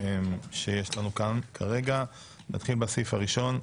נתחיל בסעיף הראשון,